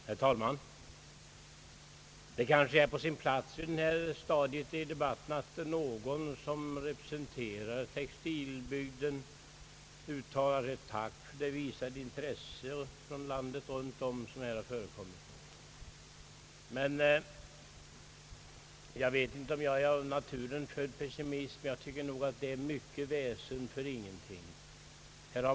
Herr talman! Det kanske är på sin plats vid detta stadium av debatten att någon som representerar textilbygden uttalar ett tack för det intresse, som man runt om i landet visar för denna fråga. Jag vet inte om jag är av naturen född pessimist, men jag tycker att det är mycket väsen för ingenting.